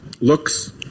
looks